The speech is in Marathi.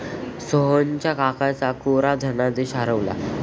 सोहनच्या काकांचा कोरा धनादेश हरवला